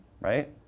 Right